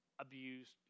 abused